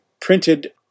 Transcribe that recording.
printed